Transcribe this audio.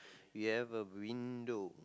we have a window